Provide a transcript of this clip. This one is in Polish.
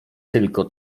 tylko